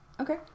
Okay